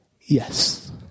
yes